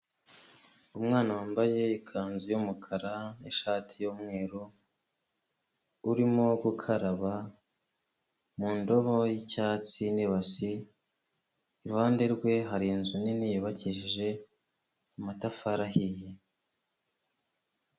Umwana wambaye ikanzu y'umukara n'ishati y'umweru, urimo gukaraba mu ndobo y'icyatsi n'ibasi, iruhande rwe hari inzu nini yubakishije amatafari ahiye.